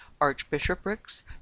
archbishoprics